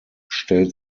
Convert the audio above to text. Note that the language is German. stellt